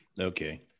okay